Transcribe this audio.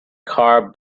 car